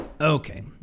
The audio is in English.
Okay